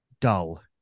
dull